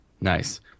Nice